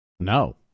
No